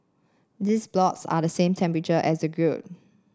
these blocks are the same temperature as the grill